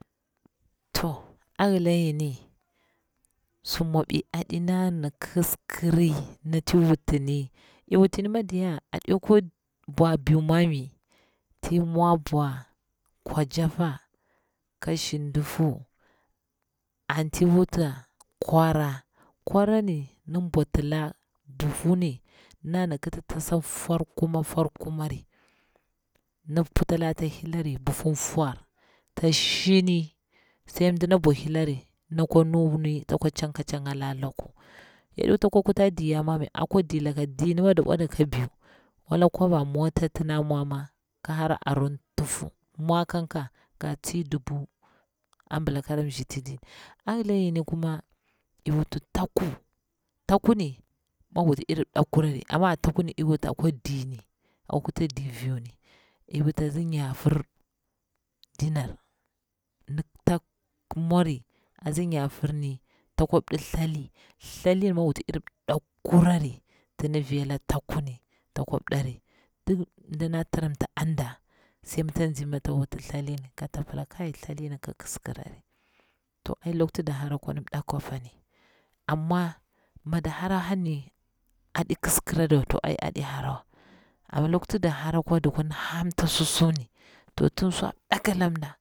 To a hila yini, su mwabi aɗi nana kisi kiri nati iyi wutini, i wutini madiya aɗe kwa bwa biu ma mai, ti mwa bwa kwajaffa, ka shindiffu anti wuta kwara, kwarani nɗi bwatala buhu ni na na kiti tasa fwar kumar fwarkumari ndi putalari ata hilari buhu fwar ta shini sai mdina bwahilari nakwa nuni, tsakwa cang ka canga la laku, yaɗi wuti akwa kuta diya mami akwa dilaka, dini ma dabwada ka biu wala kwaba mota ti ɗa mwama ki hara arun tufu mwa kan nka ga tsi dubu ambila kara mshiti dini. A yila kuma iyi wuti taku, taku ni mig wuti iriɓɓakkurari, ama a taku ni i wuta akwa dini okuta dir viu ni, iy wuta zinyafur dinar tak mwari a tsi nyafur ni takwap ɗi thali. thalin migwuti irip ɗakkurari ting ɗivi la taku ni takwap ɗari duk mdina tiram ta anda sai mitan nzi mi tawuti thaling katsa pila kai thalini ki kiskirari to ai lokti da hara kwan ɗapkwani pani, amma mi dahara apani aɗi kiskiradawa to ai adi harawa ama lokti da hara kwa dukuni hamta susuni to tin swa ɗakilam mda